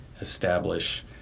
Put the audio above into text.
establish